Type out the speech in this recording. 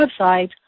website